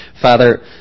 Father